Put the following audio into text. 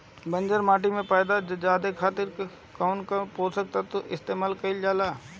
बंजर माटी के पैदावार ज्यादा करे खातिर कौन पोषक तत्व के इस्तेमाल कईल जाला?